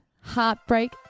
heartbreak